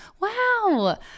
Wow